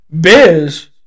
Biz